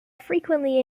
frequently